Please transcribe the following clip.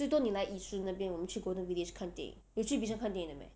最多你来 yishun 那边我们去 golden village 看电影有去 bishan 看电影的 meh